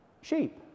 sheep